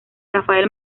rafael